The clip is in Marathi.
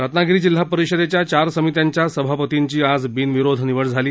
रत्नागिरी जिल्हा परिषदेच्या चार समित्यांच्या सभापतींची आज बिनविरोध निवड झाली